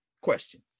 question